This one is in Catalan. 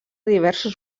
diversos